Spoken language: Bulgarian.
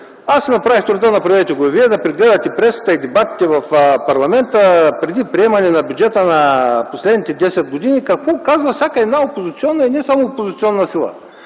си направих труда - направете го и вие, да прегледате пресата и дебатите в парламента преди приемане на бюджета през последните 10 години, какво каза всяка една опозиционна, а и не само опозиционна сила